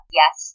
yes